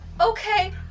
Okay